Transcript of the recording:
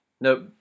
Nope